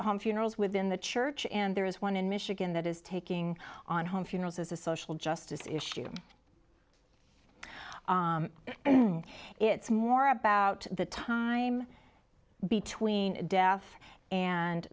funerals within the church and there is one in michigan that is taking on home funerals as a social justice issue it's more about the time between death and